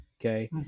Okay